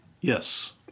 Yes